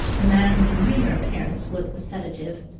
the man's mere appearance was a sedative.